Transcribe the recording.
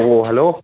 ꯑꯣ ꯍꯜꯂꯣ